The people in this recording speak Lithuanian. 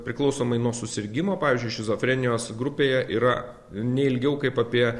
priklausomai nuo susirgimo pavyzdžiui šizofrenijos grupėje yra ne ilgiau kaip apie